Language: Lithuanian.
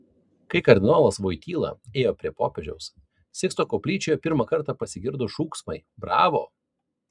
kai kardinolas voityla ėjo prie popiežiaus siksto koplyčioje pirmą kartą pasigirdo šūksmai bravo